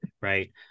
right